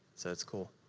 so that's cool,